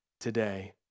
today